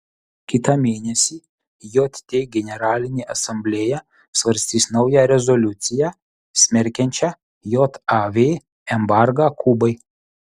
kitą mėnesį jt generalinė asamblėja svarstys naują rezoliuciją smerkiančią jav embargą kubai